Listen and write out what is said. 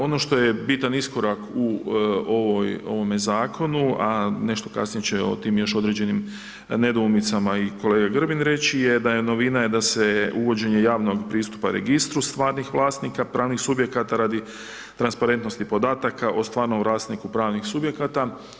Ono što je bitan iskorak u ovome zakonu, a nešto kasnije će o tim još određenim nedoumicama i kolega Grbin reći je da je novina da se uvođenje javnom pristupa registru stvarnih vlasnika pravnih subjekata radi transparentnosti podataka o stvarnom vlasniku pravnih subjekata.